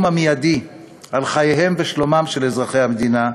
המיידי על חייהם ושלומם של אזרחי המדינה,